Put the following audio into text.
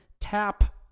tap